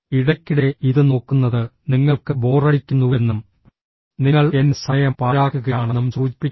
ഇടയ്ക്കിടെ ഇത് നോക്കുന്നത് നിങ്ങൾക്ക് ബോറടിക്കുന്നുവെന്നും നിങ്ങൾ എന്റെ സമയം പാഴാക്കുകയാണെന്നും സൂചിപ്പിക്കുന്നു